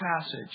passage